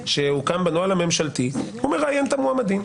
שהוקם בנוהל הממשלתי - הוא מראיין את המועמדים.